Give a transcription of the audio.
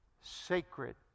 sacred